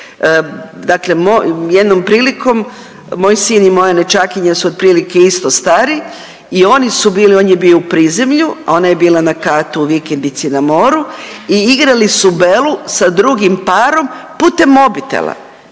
dakle jednom prilikom moj sin i moja nećakinja su otprilike isto stari i oni su bili, on je bio u prizemlju, a ona je bila na katu u vikendici na moru i igrali su belu sa drugim parom putem mobitela.